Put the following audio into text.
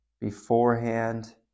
beforehand